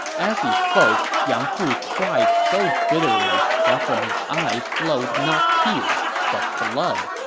as he spoke, yang fu cried so bitterly that from his eyes flowed not tears, but blood.